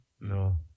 No